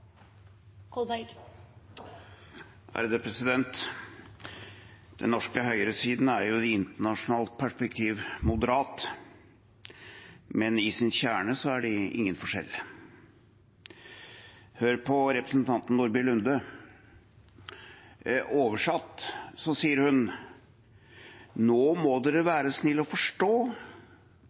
internasjonalt perspektiv moderat, men i sin kjerne er det ingen forskjell. Hør på representanten Nordby Lunde. Oversatt sier hun: Nå må dere være snille og forstå